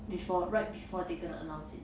before right before they gonna announce it